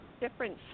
different